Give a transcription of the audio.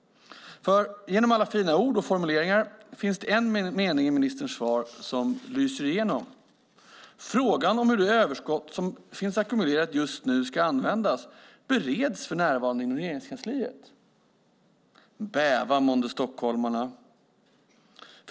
Genom alla fina ord och formuleringar finns det en mening i ministerns svar som lyser igenom: "Frågan om hur det överskott som finns ackumulerat just nu ska användas bereds för närvarande inom Regeringskansliet." Bäva månde stockholmarna!